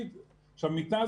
מיטה,